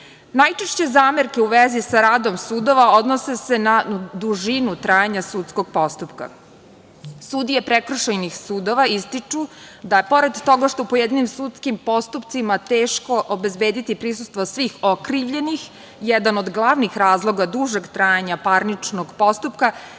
posla. Najčešće zamerke u vezi sa radom sudova odnose se na dužinu trajanja sudskog postupka. Sudije prekršajnih sudova ističu da, pored toga što je u pojedinim sudskim postupcima teško obezbediti prisustvo svih okrivljenih, jedan od glavnih razloga dužeg trajanja parničnog postupka